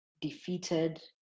defeated